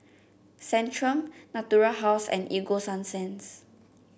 Centrum Natura House and Ego Sunsense